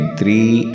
three